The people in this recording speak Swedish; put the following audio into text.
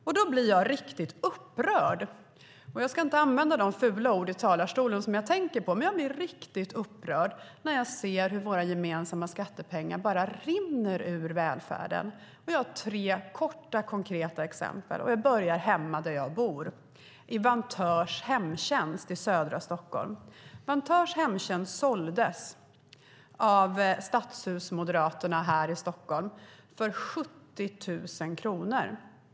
Därför blir jag riktigt upprörd - jag ska i talarstolen inte använda de fula ord som jag tänker på - när jag ser hur våra gemensamma skattepengar rinner ur välfärden. Jag har tre korta, konkreta exempel. Låt mig börja hemmavid där jag bor, i Vantörs hemtjänst i södra Stockholm. Vantörs hemtjänst såldes av Stadshusmoderaterna i Stockholm för 70 000 kronor.